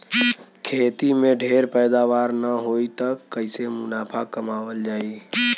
खेती में ढेर पैदावार न होई त कईसे मुनाफा कमावल जाई